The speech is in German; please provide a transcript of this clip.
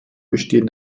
bestehen